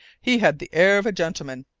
he had the air of a gentleman,